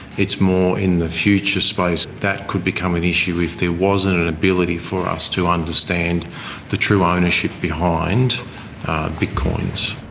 it's more in the future space that could become an issue if there wasn't an ability for us to understand the true ownership behind bitcoins.